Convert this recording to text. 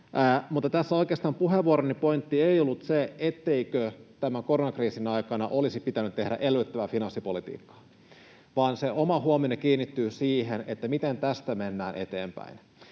näin. Oikeastaan puheenvuoroni pointti ei ollut se, etteikö tämän koronakriisin aikana olisi pitänyt tehdä elvyttävää finanssipolitiikkaa, vaan se oma huomioni kiinnittyy siihen, miten tästä mennään eteenpäin.